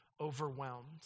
overwhelmed